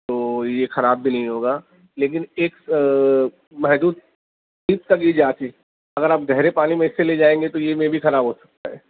تو یہ خراب بھی نہیں ہوگا لیکن ایک محدود فکس کر لیجیے آپ ہی اگر آپ گہرے پانی میں اسے لے جائیں گے تو یہ مے بی خراب ہو سکتا ہے